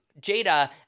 Jada